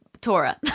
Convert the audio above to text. Torah